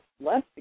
less